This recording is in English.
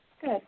Good